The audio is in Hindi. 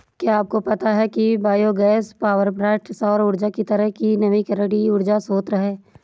क्या आपको पता है कि बायोगैस पावरप्वाइंट सौर ऊर्जा की तरह ही नवीकरणीय ऊर्जा स्रोत है